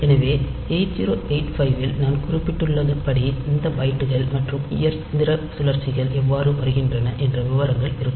எனவே 8085 இல் நான் குறிப்பிட்டுள்ளபடி இந்த பைட்டுகள் மற்றும் இயந்திர சுழற்சிகள் எவ்வாறு வருகின்றன என்ற விவரங்கள் இருக்கும்